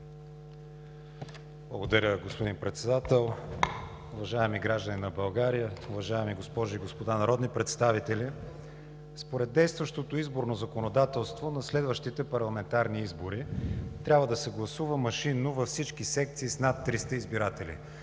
Благодаря, господин Председател! Уважаеми граждани на България, уважаеми госпожи и господа народни представители! Според действащото изборно законодателство на следващите парламентарни избори трябва да се гласува машинно във всички секции с над 300 избиратели.